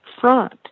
front